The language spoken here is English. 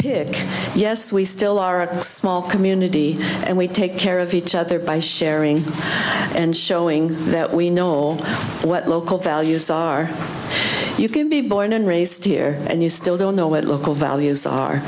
pick yes we still are a small community and we take care of each other by sharing and showing that we know all what local values are you can be born and raised here and you still don't know what local values are